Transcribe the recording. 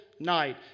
night